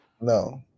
No